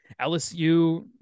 LSU